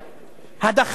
הדחה של נשיא